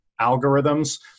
algorithms